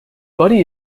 buddy